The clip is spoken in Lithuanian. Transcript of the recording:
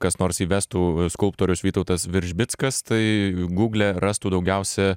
kas nors įvestų skulptorius vytautas veržbickas tai gugle rastų daugiausia